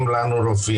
אנחנו לא נירגע.